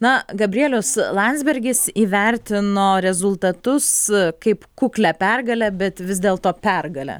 na gabrielius landsbergis įvertino rezultatus kaip kuklią pergalę bet vis dėlto pergalę